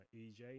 ej